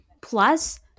Plus